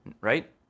right